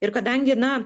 ir kadangi na